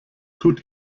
tut